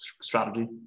strategy